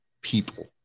people